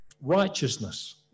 righteousness